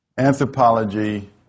anthropology